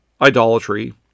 idolatry